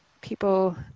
people